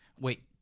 Wait